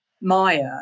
Maya